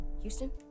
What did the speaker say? Houston